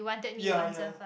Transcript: ya ya